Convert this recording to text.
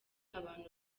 abantu